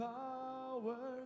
power